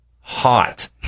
hot